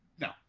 No